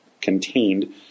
contained